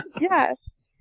Yes